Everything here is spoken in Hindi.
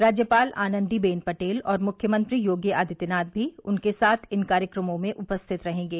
राज्यपाल आनन्दीबेन पटेल और मुख्यमंत्री योगी आदित्यनाथ भी उनके साथ इन कार्यक्रमों में उपस्थित रहेंगे